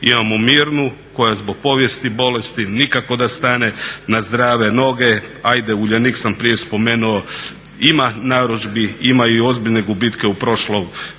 Imamo Mirnu koja zbog povijesti bolesti nikako da stane na zdrave noge, ajde Uljanik sam prije spomenuo ima narudžbi, ima i ozbiljne gubitke u prošloj